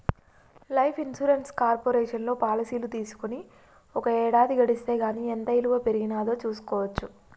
life insurance కార్పొరేషన్లో పాలసీలు తీసుకొని ఒక ఏడాది గడిస్తే గానీ ఎంత ఇలువ పెరిగినాదో చూస్కోవచ్చు